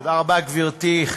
תודה רבה, גברתי.